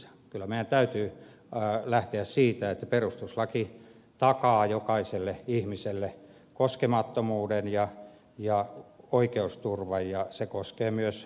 kyllä meidän täytyy lähteä siitä että perustuslaki takaa jokaiselle ihmiselle koskemattomuuden ja oikeusturvan ja se koskee myös asianomistajia